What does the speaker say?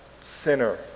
sinner